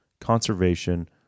conservation